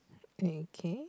okay